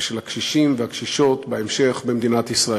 ושל הקשישים והקשישות בהמשך במדינת ישראל.